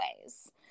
ways